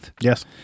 Yes